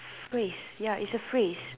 phrase ya is a phrase